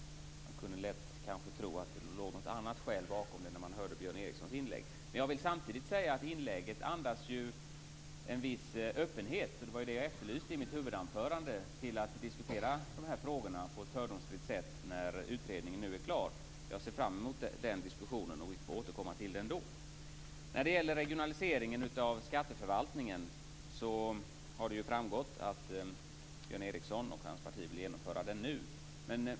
Man kunde lätt tro att det låg något annat skäl bakom när man hörde Jag vill samtidigt säga att inlägget andas en viss öppenhet - det var det jag efterlyste i mitt huvudanförande - till att diskutera de här frågorna på ett fördomsfritt sätt när utredningen är klar. Jag ser fram mot den diskussionen, och vi får återkomma till den då. När det gäller regionaliseringen av skatteförvaltningen har det framgått att Björn Ericson och hans parti vill genomföra den nu.